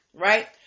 right